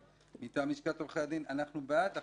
מטעם לשכת עורכי הדין אנחנו בעד החוק,